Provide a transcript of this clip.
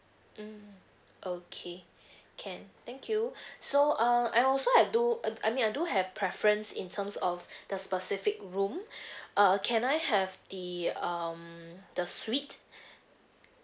mm okay can thank you so uh I also have do uh I mean I do have preference in terms of the specific room uh can I have the um the suite